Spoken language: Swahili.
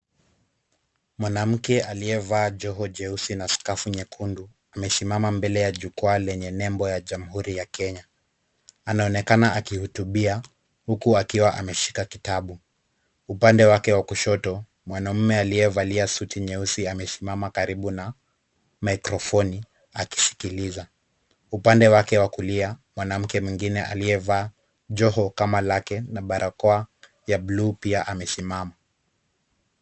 Mwanamke aliyevaa joho jeusi na skafu nyekundu amesimama mbele ya jukwaa lenye nembo ya jamhuri ya Kenya. Anaonekana akihutubia huku akiwa ameshika kitabu. Upande wake wa kushoto, mwanaume aliyevalia suti nyeusi amesimama karibu na mikrofoni akisikiliza. Upande wake wa kulia mwanamke mwingine aliyevaa joho kama lake na barakoa ya bluu pia amesimama.